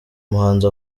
muhanzi